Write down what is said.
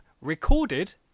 recorded